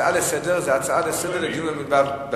הצעה לסדר-היום זה הצעה לדיון במליאה.